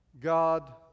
God